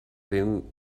den